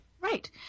Right